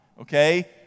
okay